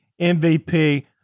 MVP